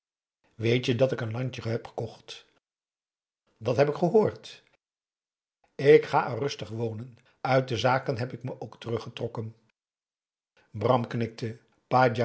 weet-je dat ik een landje heb gekocht dat heb ik gehoord ik ga er rustig wonen uit de zaken heb ik me ook teruggetrokken bram knikte pa